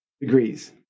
degrees